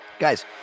Guys